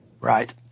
Right